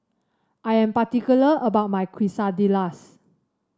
I am particular about my Quesadillas